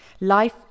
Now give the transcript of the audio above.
Life